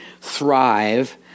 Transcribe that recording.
thrive